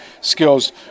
skills